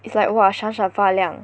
it's like !wah! 闪闪发亮